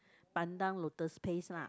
pandan lotus paste lah